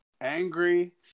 angry